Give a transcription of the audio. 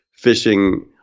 Fishing